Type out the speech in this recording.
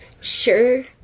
sure